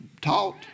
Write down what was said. taught